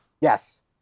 Yes